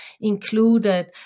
included